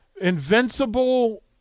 Invincible